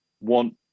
want